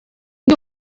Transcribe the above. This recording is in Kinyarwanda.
ndi